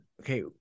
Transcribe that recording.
okay